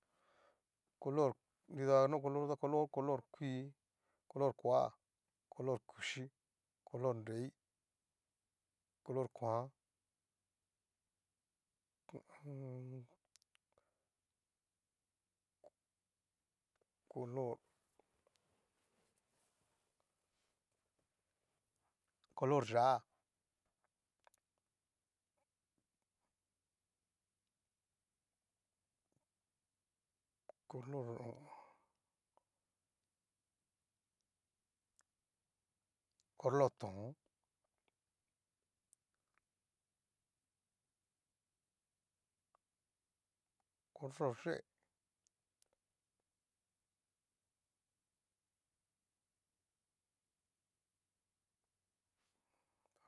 Color nrida no coloryo ta ho color color kui, color koa, color kuxhíi, color nrei, color koan, ho o on. color color yaá color ho o on color tón, color yee.